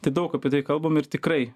tai daug apie tai kalbam ir tikrai